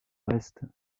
reste